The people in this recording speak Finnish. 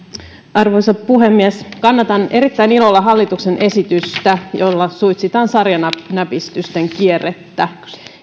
arvoisa puhemies kannatan erittäin ilolla hallituksen esitystä jolla suitsitaan sarjanäpistysten kierrettä